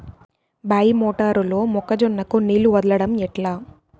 బాయి మోటారు లో మొక్క జొన్నకు నీళ్లు వదలడం ఎట్లా?